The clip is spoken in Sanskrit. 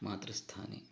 मातृस्थाने